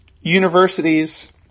universities